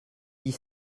dix